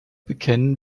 bekennen